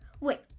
Wait